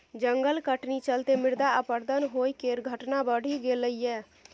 जंगल कटनी चलते मृदा अपरदन होइ केर घटना बढ़ि गेलइ यै